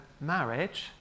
marriage